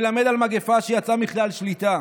מלמד על מגפה שיצאה מכלל שליטה.